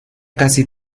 casi